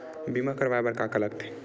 बीमा करवाय बर का का लगथे?